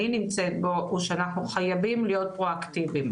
נמצאת בו הוא שאנחנו חייבים להיות פרואקטיביים,